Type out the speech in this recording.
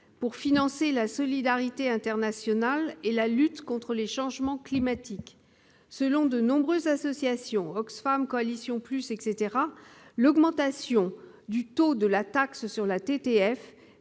pour financer la solidarité internationale et la lutte contre les changements climatiques. Selon de nombreuses associations- Oxfam, Coalition PLUS, etc. -, l'augmentation du taux de la TTF